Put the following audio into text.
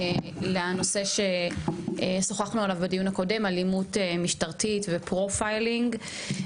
לנושא ששוחחנו עליו בדיון הקודם אלימות משטרתית ו"פרופיילינג".